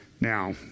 Now